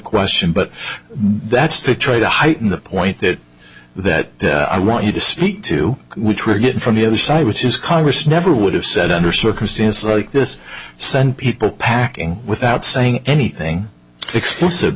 question but that's to try to heighten the point that that i want you to speak to which we're getting from the other side which is congress never would have said under circumstances like this send people packing without saying anything expensive